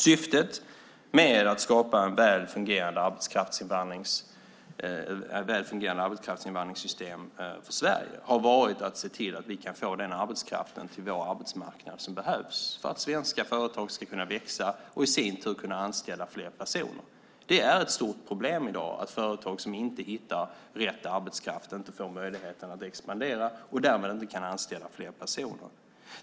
Syftet med att skapa ett väl fungerande arbetskraftsinvandringssystem för Sverige har varit att se till att vi kan få den arbetskraft till vår arbetsmarknad som behövs för att svenska företag ska kunna växa och i sin tur kunna anställa fler personer. Det är ett stort problem i dag att företag som inte hittar rätt arbetskraft inte får möjlighet att expandera och därmed inte kan anställa fler personer.